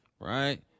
right